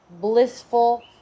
blissful